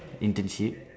internship